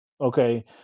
Okay